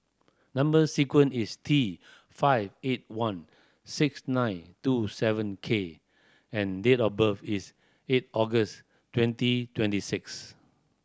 number sequence is T five eight one six nine two seven K and date of birth is eight August twenty twenty six